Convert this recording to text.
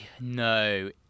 No